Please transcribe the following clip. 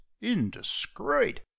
indiscreet